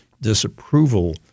disapproval